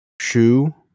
shoe